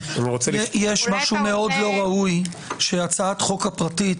יש משהו מאוד לא ראוי שהצעות החוק הפרטיות